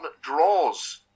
draws